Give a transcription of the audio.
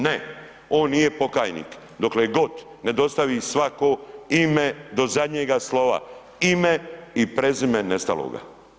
Ne, on nije pokajnik dokle god ne dostavi svako ime do zadnjega slova, ime i prezime nestaloga.